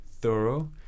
thorough